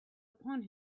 upon